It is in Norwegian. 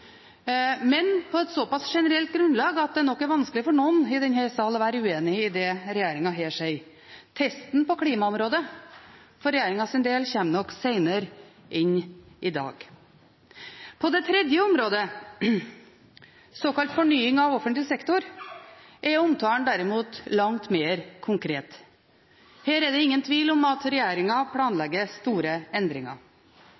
men det skjer på et såpass generelt grunnlag at det nok er vanskelig for noen som helst i denne salen å være uenig i det som regjeringen her sier. Testen på klimaområdet, for regjeringens del, kommer nok senere enn i dag. På det tredje området, som omhandler såkalt fornying av offentlig sektor, er omtalen derimot langt mer konkret. Her er det ingen tvil om at